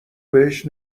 بهش